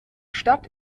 stadt